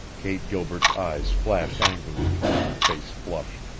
kate gilbert's eyes flashed angrily, and her face flushed.